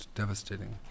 devastating